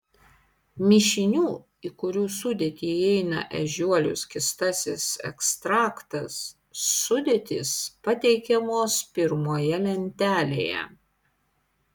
mišinių į kurių sudėtį įeina ežiuolių skystasis ekstraktas sudėtys pateikiamos pirmoje lentelėje